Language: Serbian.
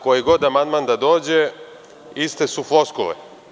Koji god amandman da dođe, iste su floskule.